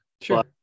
sure